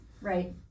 right